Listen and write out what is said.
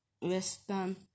Western